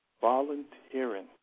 volunteering